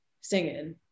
singing